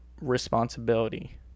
responsibility